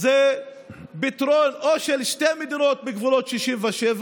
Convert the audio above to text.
זה פתרון של שתי מדינות בגבולות 67',